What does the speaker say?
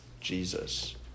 Jesus